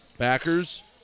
Backers